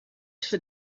for